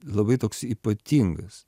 labai toks ypatingas